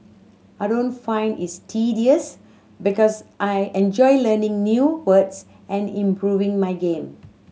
I don't find it's tedious because I enjoy learning new words and improving my game